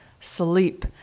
sleep